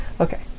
Okay